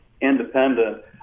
independent